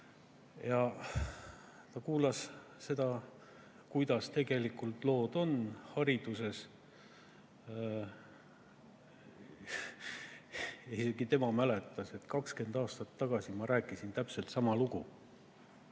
Ja ta kuulas seda, kuidas tegelikult lood on hariduses. Ka tema mäletas, et 20 aastat tagasi ma rääkisin täpselt sama lugu.